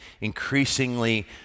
increasingly